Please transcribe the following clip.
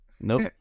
Nope